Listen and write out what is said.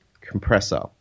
compressor